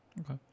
Okay